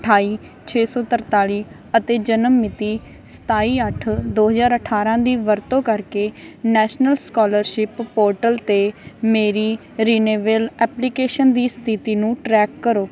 ਅਠਾਈ ਛੇ ਸੌ ਤਰਤਾਲੀ ਅਤੇ ਜਨਮ ਮਿਤੀ ਸਤਾਈ ਅੱਠ ਦੋ ਹਜ਼ਾਰ ਅਠਾਰਾਂ ਦੀ ਵਰਤੋਂ ਕਰਕੇ ਨੈਸ਼ਨਲ ਸਕਾਲਰਸ਼ਿਪ ਪੋਰਟਲ 'ਤੇ ਮੇਰੀ ਰਿਨਿਵੇਲ ਐਪਲੀਕੇਸ਼ਨ ਦੀ ਸਥਿਤੀ ਨੂੰ ਟਰੈਕ ਕਰੋ